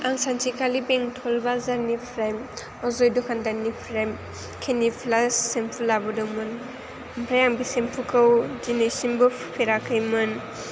आं सानसेखालि बेंटल बाजारनिफ्राय अजय दखानदारनिफ्राय क्लिनिक प्लास शेमफु लाबोदोंमोन आमफ्राय आं बे शेमफुखौ दिनैसिमबो फुफेराखैमोन